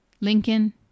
Lincoln